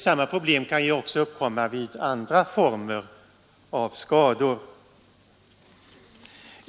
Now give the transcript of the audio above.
Samma problem kan naturligtvis också uppkomma vid andra former av skada.